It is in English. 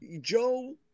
Joe